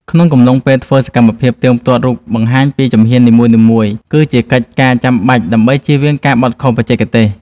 ក្នុងកំឡុងពេលធ្វើ សកម្មភាពផ្ទៀងផ្ទាត់រូបភាពបង្ហាញតាមជំហាននីមួយៗ គឺជាកិច្ចការចាំបាច់ដើម្បីចៀសវាងការបត់ខុសបច្ចេកទេស។